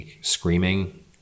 screaming